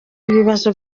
ibibazo